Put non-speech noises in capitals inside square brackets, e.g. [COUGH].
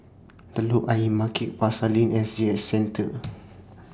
Telok Ayer Market Pasar Lane S G S Centre [NOISE]